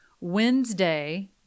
Wednesday